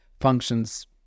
functions